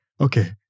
okay